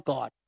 God